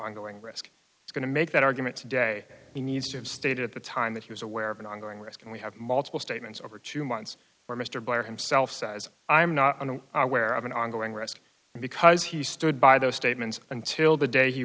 ongoing risk is going to make that argument today he needs to have stated at the time that he was aware of an ongoing risk and we have multiple statements over two months where mr blair himself says i'm not in the where of an ongoing risk because he stood by those statements until the day he